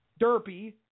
Derpy